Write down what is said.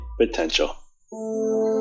potential